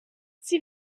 sie